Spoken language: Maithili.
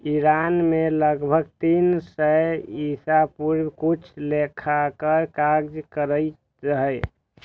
ईरान मे लगभग तीन सय ईसा पूर्व किछु लेखाकार काज करैत रहै